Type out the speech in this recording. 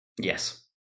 yes